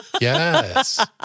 yes